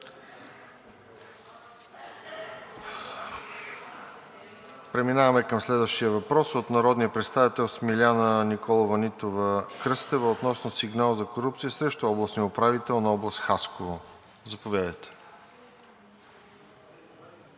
Преминаваме към следващия въпрос от народния представител Смиляна Николова Нитова-Кръстева относно сигнал за корупция срещу областния управител на област Хасково. Заповядайте.